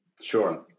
Sure